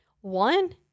One